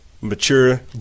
mature